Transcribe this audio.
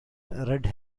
red